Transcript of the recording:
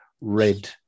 red